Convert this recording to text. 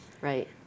Right